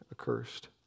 accursed